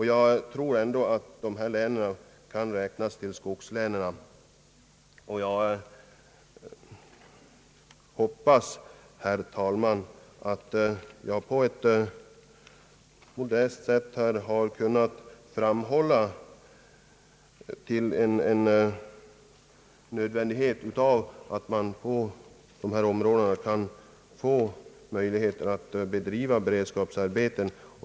Jag anser att dessa län kan räknas till skogslänen. Jag hoppas, herr talman, att jag på ett modest sätt har kunnat understryka nödvändigheten av att det inom dessa områden skapas möjligheter och förutsättningar att bedriva beredskapsarbeten.